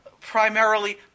primarily